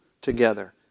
together